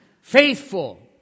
faithful